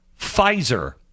Pfizer